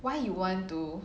why you want to